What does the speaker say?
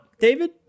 David